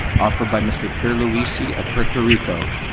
offered by mr. pierluisi of puerto rico.